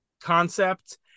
concept